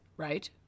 Right